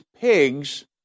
pigs